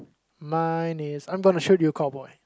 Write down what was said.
mine is I'm gonna shoot shoot you cowboy